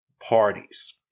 parties